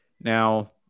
now